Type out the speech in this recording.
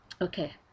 Okay